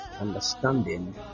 understanding